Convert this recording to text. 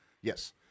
Yes